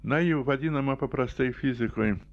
na jų vadinama paprastai fizikoj